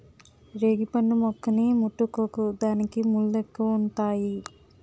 రేగుపండు మొక్కని ముట్టుకోకు దానికి ముల్లెక్కువుంతాయి